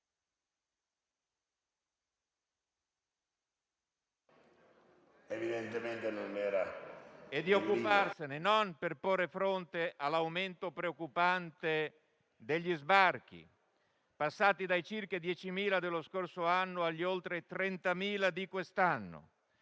E di occuparsene non per porre fronte all'aumento preoccupante degli sbarchi, passati dai circa 10.000 dello scorso anno agli oltre 30.000 di quest'anno,